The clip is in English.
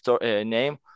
name